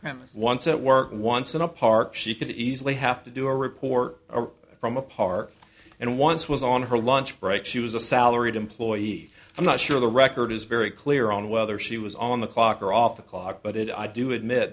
premises once at work once in a park she could easily have to do a report from a park and once was on her lunch break she was a salaried employee i'm not sure the record is very clear on whether she was on the clock or off the clock but it i do admit